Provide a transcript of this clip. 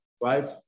right